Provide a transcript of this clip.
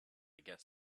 guess